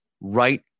right